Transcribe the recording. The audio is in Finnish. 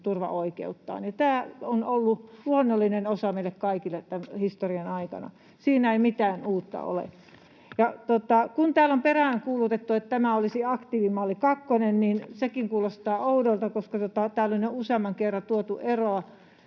työttömyysturvaoikeuttaan. Tämä on ollut luonnollinen osa meille kaikille tämän historian aikana. Siinä ei mitään uutta ole. Kun täällä on peräänkuulutettu, että tämä olisi aktiivimalli kakkonen, niin sekin kuulostaa oudolta, koska täällä on jo useamman kerran tuotu esiin